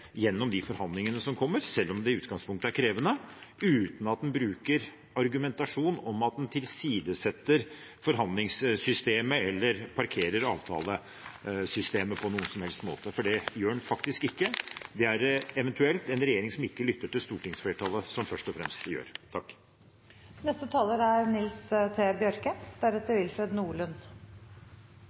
gjennom forhandlingene som kommer, selv om det i utgangspunktet er krevende, uten at en bruker argumentasjon om at en tilsidesetter forhandlingssystemet eller parkerer avtalesystemet på noen som helst måte, for det gjør en faktisk ikke. Det er det eventuelt en regjering som ikke lytter til stortingsflertallet, som først og fremst gjør. Eg trur det er